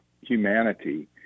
humanity